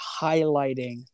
highlighting